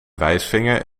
wijsvinger